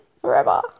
forever